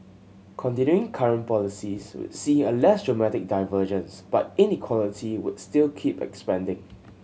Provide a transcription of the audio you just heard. continuing current policies would see a less dramatic divergence but inequality would still keep expanding